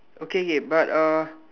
okay okay but uh